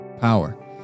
power